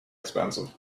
expensive